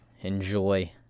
enjoy